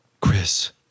Chris